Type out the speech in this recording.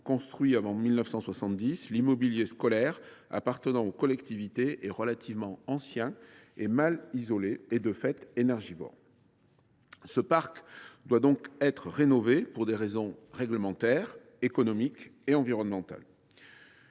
construit avant 1970, l’immobilier scolaire appartenant aux collectivités est donc relativement ancien, mal isolé et, de fait, énergivore. Ce parc doit donc être rénové pour des raisons réglementaires, économiques et environnementales.